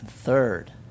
Third